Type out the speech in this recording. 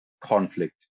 conflict